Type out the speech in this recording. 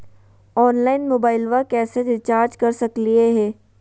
Online मोबाइलबा कैसे recharge कर सकलिए है?